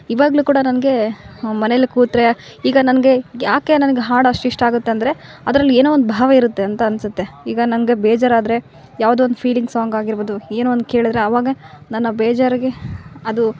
ಇವಾಗಲೂ ಕೂಡ ನನಗೆ ಮನೆಯಲ್ಲಿ ಕೂತರೆ ಈಗ ನನಗೆ ಯಾಕೆ ನನ್ಗೆ ಹಾಡು ಅಷ್ಟು ಇಷ್ಟಾಗುತ್ತೆ ಅಂದರೆ ಅದರಲ್ಲಿ ಏನೋ ಒಂದು ಭಾವ ಇರುತ್ತೆ ಅಂತ ಅನಿಸುತ್ತೆ ಈಗ ನನಗೆ ಬೇಜಾರಾದರೆ ಯಾವುದೋ ಒಂದು ಫೀಲಿಂಗ್ ಸಾಂಗ್ ಆಗಿರ್ಬೋದು ಏನೋ ಒಂದು ಕೇಳಿದ್ರೆ ಆವಾಗ ನನ್ನ ಬೇಜಾರಿಗೆ ಅದು